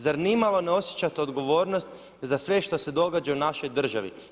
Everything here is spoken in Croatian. Zar nimalo ne osjećate odgovornost za sve što se događa u našoj državi?